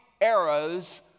arrows